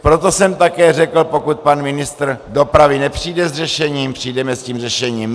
Proto jsem také řekl, pokud pan ministr dopravy nepřijde s řešením, přijdeme s řešením my.